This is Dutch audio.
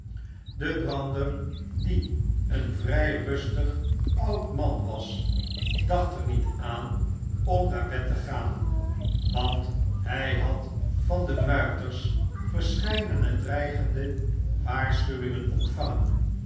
de brander die een rustig oud man was dacht er niet aan om naar bed te gaan want hij had van de muiters verscheidene dreigende waarschuwingen ontvangen